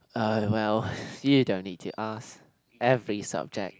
uh well you don't need to ask every subject